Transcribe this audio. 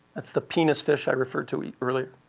that's the penis fish i referred to earlier.